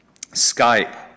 Skype